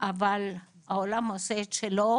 אבל העולם עושה את שלו,